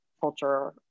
culture